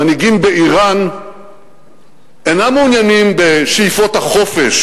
המנהיגים באירן אינם מעוניינים בשאיפות החופש